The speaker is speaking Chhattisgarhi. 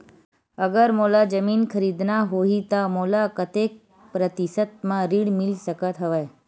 अगर मोला जमीन खरीदना होही त मोला कतेक प्रतिशत म ऋण मिल सकत हवय?